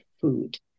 food